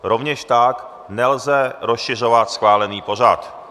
Rovněž tak nelze rozšiřovat schválený pořad.